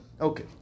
Okay